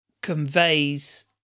conveys